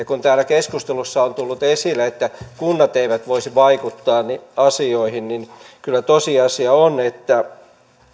kun täällä keskusteluissa on tullut esille että kunnat eivät voisi vaikuttaa asioihin niin kyllä tosiasia on että